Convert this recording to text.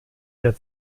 der